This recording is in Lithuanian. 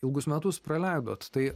ilgus metus praleidot tai